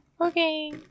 Okay